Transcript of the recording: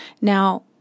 now